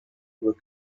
were